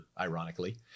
ironically